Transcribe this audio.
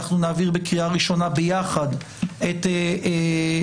אנחנו נעביר בקריאה ראשונה ביחד את השדרוג